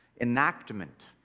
enactment